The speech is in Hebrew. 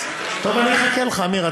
טוב, אני אחכה לך, עמיר.